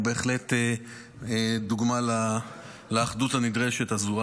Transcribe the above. הוא בהחלט דוגמה לאחדות הנדרשת הזו.